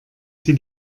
sie